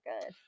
good